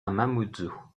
mamoudzou